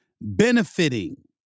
benefiting